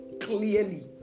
clearly